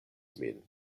min